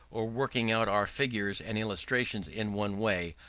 or working out our figures and illustrations in one way,